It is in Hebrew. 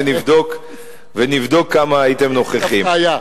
ונבדוק כמה הייתם נוכחים.